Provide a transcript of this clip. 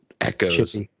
echoes